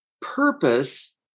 purpose